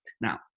Now